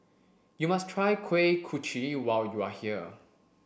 you must try kuih kochi when you are here